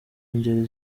ngeri